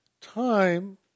time